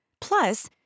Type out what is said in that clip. Plus